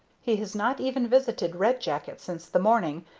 he has not even visited red jacket since the morning,